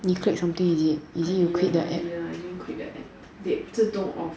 你 click something is it is it you click the app they 自动 off